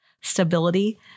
stability